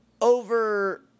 over